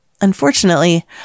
Unfortunately